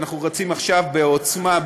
אנחנו רצים עכשיו בעוצמה,